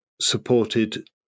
supported